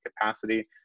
capacity